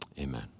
Amen